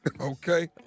Okay